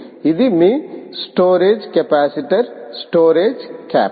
ఇది మీ storage capacitor storage cap